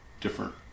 different